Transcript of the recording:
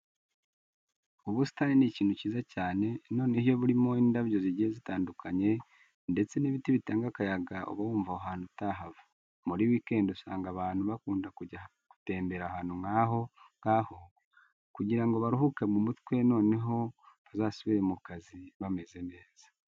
Ubusitani ni ikintu cyiza cyane, noneho iyo burimo indabyo zigiye zitandukanye ndetse n'ibiti bitanga akayaga uba wumva ahantu buri utahava. Muri weekend usanga abantu bakunda kujya gutemberera ahantu nk'aho ngaho kugira ngo baruhuke mu mutwe noneho bazasubire mu kazi bameze neza.